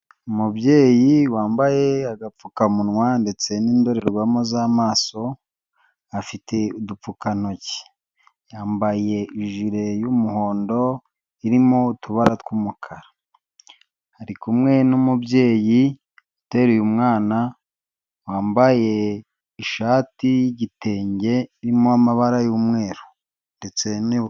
Umubyeyi wambaye agapfukamunwa ndetse n'indorerwamo z'amaso, afite udupfukantoki, yambaye ijire y'umuhondo irimo utubara tw'umukara, ari kumwe n'umubyeyi uteruye umwana wambaye ishati y'igitenge irimo amabara y'umweru ndetse niyu.